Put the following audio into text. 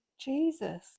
Jesus